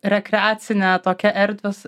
rekreacinę tokią erdves